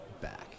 back